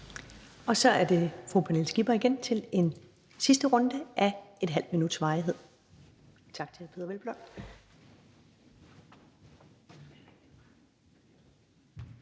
Så er det fru Pernille Skipper igen til en sidste runde af ½ minuts varighed. Tak til hr. Peder Hvelplund.